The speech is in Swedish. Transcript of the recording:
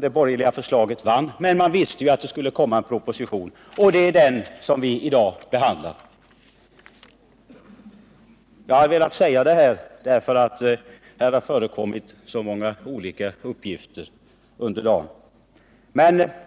Det borgerliga förslaget vann. Men vi visste ju att en proposition skulle komma, och det är denna som vi i dag behandlar. Jag har velat säga detta därför att så många olika uppgifter har förekommit i samband med dagens diskussioner.